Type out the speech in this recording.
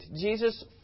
Jesus